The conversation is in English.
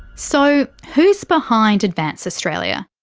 so who's behind advance australia?